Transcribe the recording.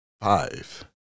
five